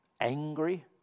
angry